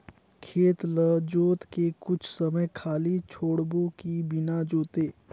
खेत ल जोत के कुछ समय खाली छोड़बो कि बिना जोते?